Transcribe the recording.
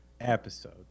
episode